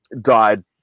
died